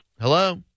Hello